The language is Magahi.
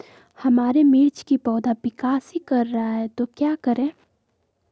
हमारे मिर्च कि पौधा विकास ही कर रहा है तो क्या करे?